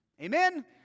amen